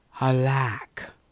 alack